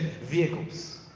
vehicles